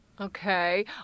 Okay